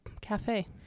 cafe